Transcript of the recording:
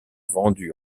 vendue